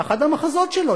באחד המחזות שלו,